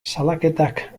salaketak